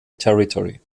territory